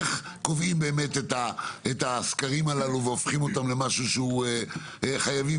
איך קובעים את הסקרים הללו והופכים אותם לחובה וכו'.